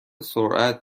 سرعت